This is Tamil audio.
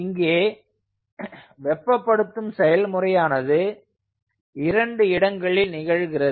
இங்கே வெப்பப்படுத்தும் செயல்முறையானது இரண்டு இடங்களில் நிகழ்கிறது